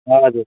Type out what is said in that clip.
हजुर